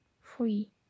free